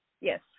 Yes